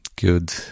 good